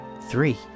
Three